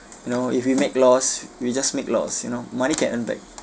you know if we make loss we just make loss you know money can earn back